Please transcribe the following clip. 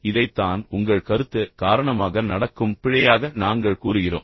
இதைத்தான் உங்கள் கருத்து காரணமாக நடக்கும் பிழையாக நாங்கள் கூறுகிறோம்